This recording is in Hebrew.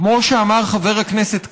כמו שאמר חבר הכנסת כבל,